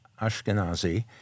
Ashkenazi